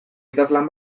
idazlan